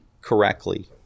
correctly